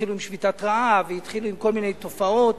התחילו בשביתת רעב והתחילו עם כל מיני תופעות,